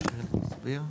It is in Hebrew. שירלי תסביר.